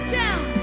down